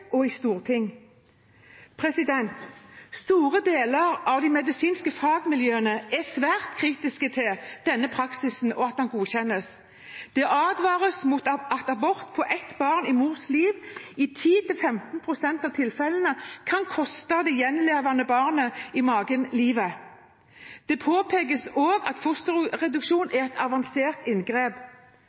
og i storting. Store deler av de medisinske fagmiljøene er svært kritiske til denne praksisen, og at den godkjennes. Det advares mot at abort på ett barn i mors liv i 10–15 pst. av tilfellene kan koste det gjenlevende barnet i magen livet. Det påpekes også at fosterreduksjon er et avansert inngrep.